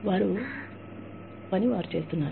వారి పని వారు చేస్తున్నారు